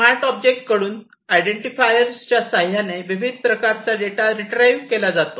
smart object कडून आयडेंटीफायरच्या साह्याने विविध प्रकारचा डेटा रिट्रिव्ह केला जातो